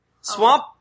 swamp